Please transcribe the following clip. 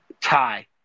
tie